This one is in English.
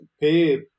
pay